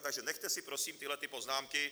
Takže nechte si prosím tyhlety poznámky.